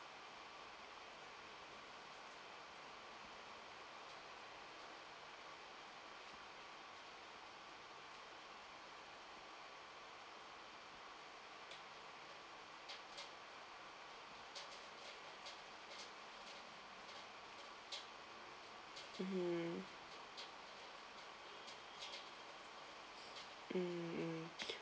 mmhmm mm